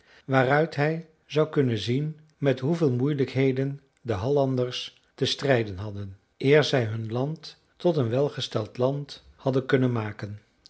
waaruit hij zou kunnen zien met hoeveel moeilijkheden de hallanders te strijden hadden eer zij hun land tot een welgesteld land hadden kunnen maken